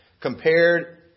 compared